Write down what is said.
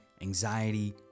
anxiety